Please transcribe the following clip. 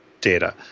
data